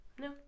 No